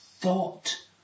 thought